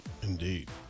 Indeed